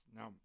Now